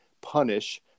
punish